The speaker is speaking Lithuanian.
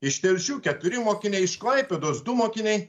iš telšių keturi mokiniai iš klaipėdos du mokiniai